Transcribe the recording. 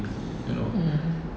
mm